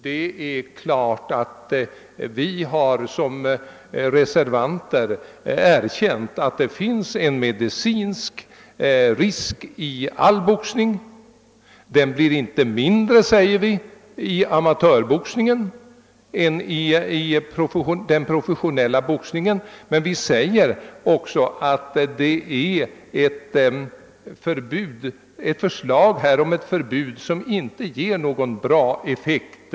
Det är klart att vi såsom reservanter har erkänt att det finns en medicinsk risk i all boxning. Den blir inte mindre, säger vi, i ama törboxningen än i den professionella boxningen. Men vi säger också, att det föreslagna förbudet inte ger någon god effekt.